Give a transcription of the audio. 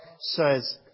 says